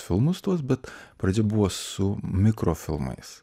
filmus tuos bet pradžioj buvo su mikrofilmais